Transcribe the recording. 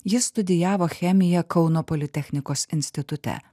jis studijavo chemiją kauno politechnikos institute